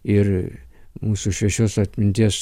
ir mūsų šviesios atminties